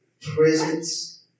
Presence